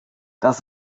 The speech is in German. das